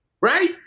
Right